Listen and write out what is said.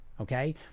okay